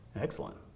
Excellent